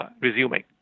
resuming